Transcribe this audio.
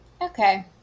okay